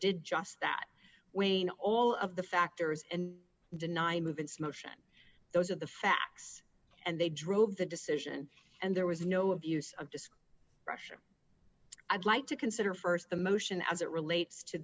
did just that wayne all of the factors and deny movements motion those are the facts and they drove the decision and there was no abuse of disk pressure i'd like to consider st the motion as it relates to